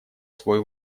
свой